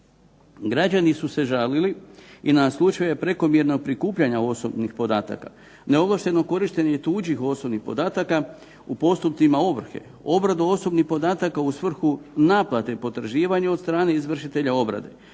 Građani su se žalili i na slučajeve prekomjernog prikupljanja osobnih podataka. Neovlašteno korištenje tuđih osobnih podataka u postupcima ovrhe, obradu osobnih podataka u svrhu naplate i potraživanje od strane izvršitelja obrade,